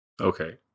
Okay